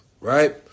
Right